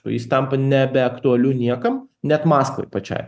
jis tampa nebeaktualiu niekam net maskvai pačiai